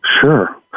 sure